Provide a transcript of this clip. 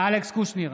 אלכס קושניר